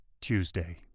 Tuesday